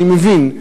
אני מבין,